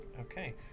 Okay